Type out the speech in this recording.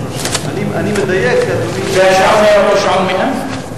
זה משום שאין הגדרה יותר ברורה מהו מרחק סביר ומהו זמן סביר.